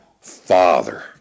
father